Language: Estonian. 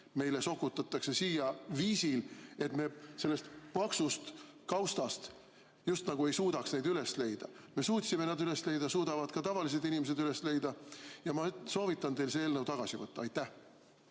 meile sokutatakse siia viisil, et me sellest paksust kaustast just nagu ei suudaks neid üles leida? Meie suutsime need üles leida, suudavad ka tavalised inimesed üles leida. Ma soovitan teil see eelnõu tagasi võtta. Aitäh,